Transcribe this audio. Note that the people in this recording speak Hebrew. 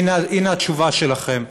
הינה התשובה שלכם.